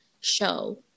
show